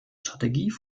strategie